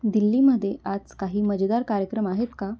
दिल्लीमध्ये आज काही मजेदार कार्यक्रम आहेत का